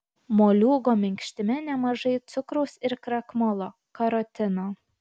moliūgo minkštime nemažai cukraus ir krakmolo karotino